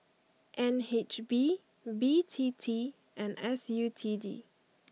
N H B B T T and S U T D